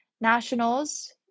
nationals